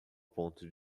ponto